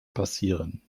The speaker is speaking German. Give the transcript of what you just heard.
passieren